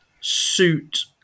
suit